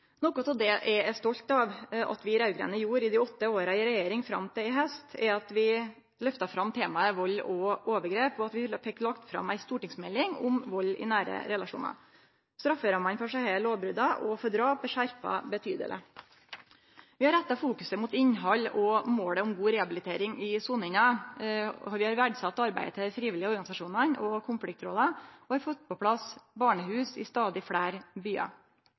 Noko av det eg er stolt av at vi raud-grøne gjorde i løpet av dei åtte åra i regjering fram til i haust, er at vi løfta fram temaet vald og overgrep, og at vi fekk lagt fram ei stortingsmelding om vald i nære relasjonar. Strafferammene for desse lovbrota og for drap er skjerpa betydeleg. Vi har retta fokuset mot innhald og mot målet om god rehabilitering i soninga, vi har verdsatt arbeidet til dei frivillige organisasjonane og konfliktråda, og vi har fått på plass barnehus i stadig fleire byar.